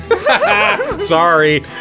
Sorry